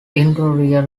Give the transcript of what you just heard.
interior